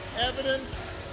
evidence